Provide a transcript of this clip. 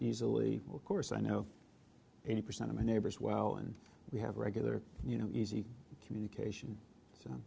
easily of course i know eighty percent of my neighbors well and we have regular you know easy communication so